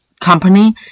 company